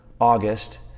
August